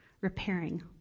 repairing